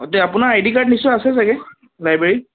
এতিয়া আপোনাৰ ID card নিশ্চয় আছে চাগৈ লাইব্ৰেৰীৰ